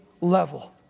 level